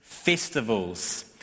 festivals